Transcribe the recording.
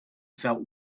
felt